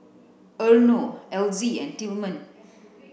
Arno Elzie and Tilman